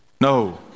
No